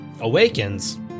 awakens